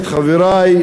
חברי,